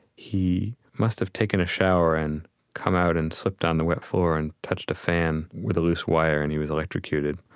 he must have taken a shower and come out and slipped on the wet floor and touched a fan with a loose wire, and he was electrocuted.